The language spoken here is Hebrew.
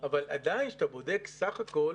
אבל עדיין כשאתה בודק בסך הכול,